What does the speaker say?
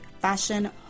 fashion